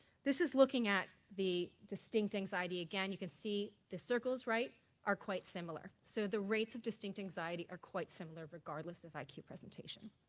this is looking at the distinct anxiety again. you can see the circles are quite similar. so the rates of distinct anxiety are quite similar regardless of i q. presentation.